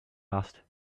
asked